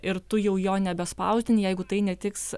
ir tu jau jo nebespausdini jeigu tai netiks